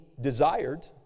desired